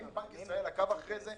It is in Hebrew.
האם בנק ישראל עקב אחרי זה?